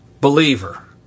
believer